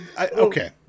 Okay